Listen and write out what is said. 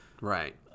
right